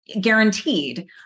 guaranteed